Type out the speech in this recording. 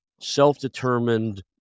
self-determined